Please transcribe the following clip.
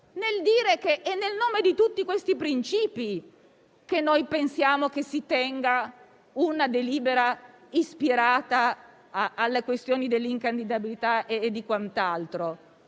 nel dire che è nel nome di tutti questi principi che pensiamo che ci sia una delibera ispirata alla questione dell'incandidabilità e di quant'altro;